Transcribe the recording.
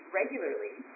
regularly